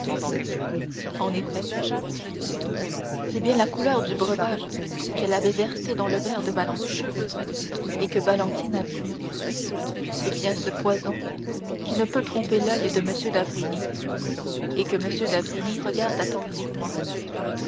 en effet c'est bien la couleur du breuvage qu'elle a versé dans le verre de valentine et que valentine a bu c'est bien ce poison qui ne peut tromper l'oeil de m d'avrigny et que m d'avrigny regarde